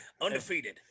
Undefeated